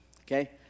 Okay